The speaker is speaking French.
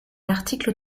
l’article